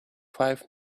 five